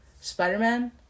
Spider-Man